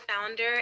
founder